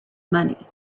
money